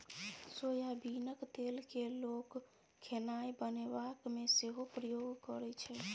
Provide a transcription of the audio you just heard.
सोयाबीनक तेल केँ लोक खेनाए बनेबाक मे सेहो प्रयोग करै छै